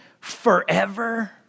forever